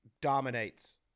dominates